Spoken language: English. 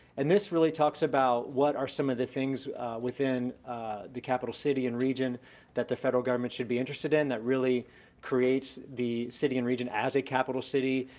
and this really talks about what are some of the things within the capital city and region that the federal government should be interested in, that really creates the city and region as a capital city,